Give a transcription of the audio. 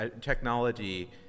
technology